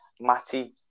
Matty